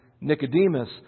Nicodemus